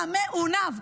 המעונב,